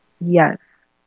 yes